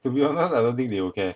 to be honest I don't think they will care